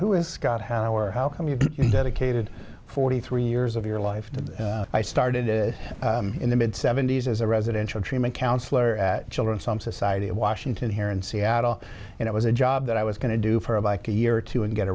who is scott how or how come you're take a good forty three years of your life and i started it in the mid seventy's as a residential treatment counselor at children some society of washington here in seattle and it was a job that i was going to do for a bike a year or two and get